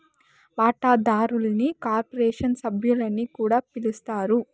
వాటాదారుల్ని కార్పొరేషన్ సభ్యులని కూడా పిలస్తారు